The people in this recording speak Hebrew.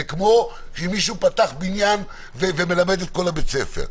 זה כמו שמישהו פתח בניין ומלמד את כל הבית ספר?